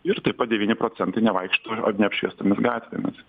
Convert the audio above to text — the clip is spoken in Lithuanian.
ir taip pat devyni procentai nevaikšto neapšviestomis gatvėmis